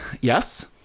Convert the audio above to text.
yes